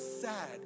sad